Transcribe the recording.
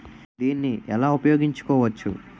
దీన్ని ఎలా ఉపయోగించు కోవచ్చు?